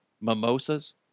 mimosas